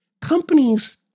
Companies